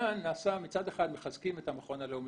כאן מצד אחד מחזקים את המכון הלאומי,